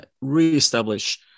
re-establish